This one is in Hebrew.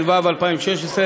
התשע"ו 2016,